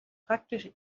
praktisch